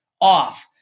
off